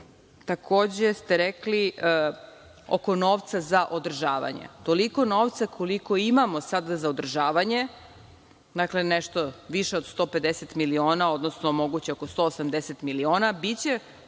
takođe ste rekli, oko novca za održavanje. Toliko novca koliko imamo sada za održavanje, dakle, nešto više od 150 miliona, odnosno moguće oko 180 miliona,